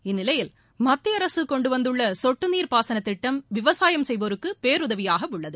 இந்நிலையில் மத்திய அரசு கொண்டு வந்துள்ள சொட்டுநீர் பாசனத் திட்டம் விவசாயம் செய்வோருக்கு பேருதவியாக உள்ளது